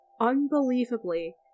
Unbelievably